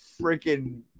freaking